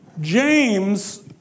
James